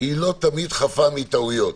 היא לא תמיד חפה מטעויות.